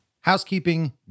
housekeeping